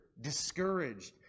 discouraged